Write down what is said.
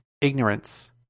ignorance